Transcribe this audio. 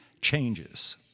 changes